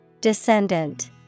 Descendant